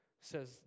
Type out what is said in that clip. says